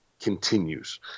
continues